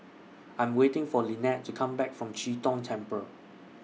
I'm waiting For Linette to Come Back from Chee Tong Temple